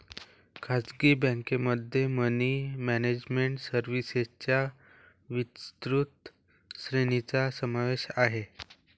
खासगी बँकेमध्ये money management सर्व्हिसेसच्या विस्तृत श्रेणीचा समावेश आहे